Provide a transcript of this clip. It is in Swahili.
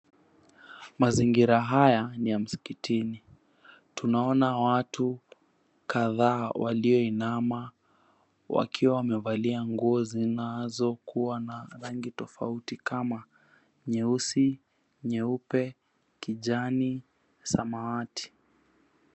Mazingira haya ni ya msikitini tunaona watu kadhaa walioinama wakiwa wamevalia nguo zinazokuwa na rangi tofauti kama: nyeusi, nyeupe, kijani, samawati.